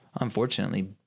Unfortunately